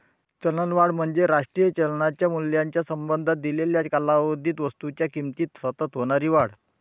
चलनवाढ म्हणजे राष्ट्रीय चलनाच्या मूल्याच्या संबंधात दिलेल्या कालावधीत वस्तूंच्या किमतीत सतत होणारी वाढ